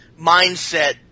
mindset